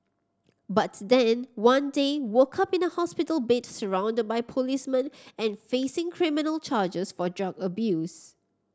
but then one day woke up in a hospital bed surrounded by policemen and facing criminal charges for drug abuse